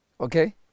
Okay